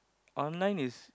online is